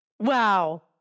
Wow